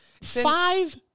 five